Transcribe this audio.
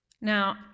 Now